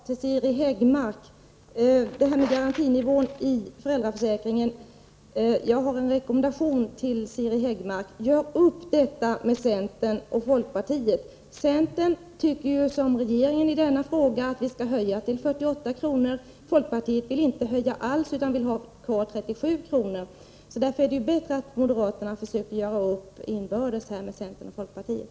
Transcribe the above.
Herr talman! Bara ett par ord till Siri Häggmark. När det gäller garantinivån i föräldraförsäkringen har jag en rekommendation till Siri Häggmark. Gör upp detta med centern och folkpartiet. Centern tycker som regeringen i denna fråga, nämligen att vi skall höja till 48 kr. Folkpartiet vill inte göra någon höjning alls, utan vill ha kvar 37 kr. Därför är det bättre att moderaterna försöker göra upp inbördes med centern och folkpartiet.